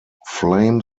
flame